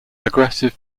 aggressive